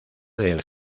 del